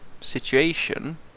situation